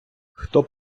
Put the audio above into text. хто